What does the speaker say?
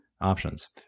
options